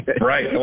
Right